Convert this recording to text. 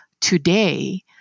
today